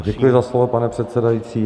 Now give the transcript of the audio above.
Děkuji za slovo, pane předsedající.